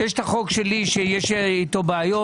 יש את החוק שלי, שיש איתו בעיות.